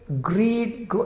greed